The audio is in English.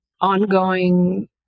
ongoing